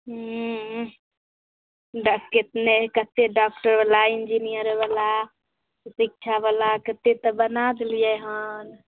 हूँ डाक नहि कतेक डाक्टर बला इञ्जीनि आरबला तऽ शिक्षा बला कतेक तऽ बना देलियै हन